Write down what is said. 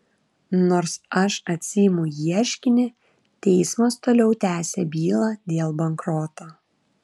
nors aš atsiimu ieškinį teismas toliau tęsia bylą dėl bankroto